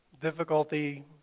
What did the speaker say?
difficulty